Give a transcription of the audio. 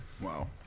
Wow